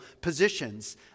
positions